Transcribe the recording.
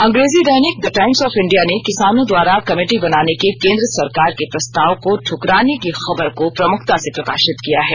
अंग्रेजी दैनिक the Times of India ने किसानों द्वारा कमिटी बनाने के केंद्र सरकार के प्रस्ताव को ठुकराने की खबर को प्रमुखता से प्रकाशित किया है